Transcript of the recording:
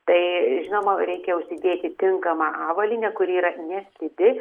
tai žinoma reikia užsidėti tinkamą avalynę kuri yra neslidi